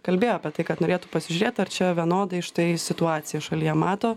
kalbėjo apie tai kad norėtų pasižiūrėt ar čia vienodai štai situaciją šalyje mato